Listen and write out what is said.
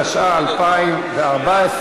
התשע"ה 2014,